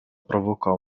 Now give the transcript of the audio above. provocò